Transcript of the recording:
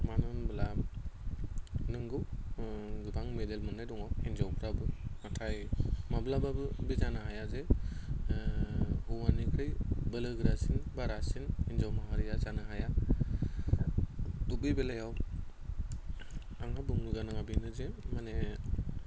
मानो होनोब्ला नंगौ गोबां मेडेल मोननाय दङ हिनजावफ्राबो नाथाय माब्लाबाबो बे जानो हाया जे हौवानिख्रुय बोलोगोरासिन एबा रासिन हिनजाव माहारिया जानो हाया थ' बे बेलायाव आंहा बुंनो गोनाङा बेनो जे माने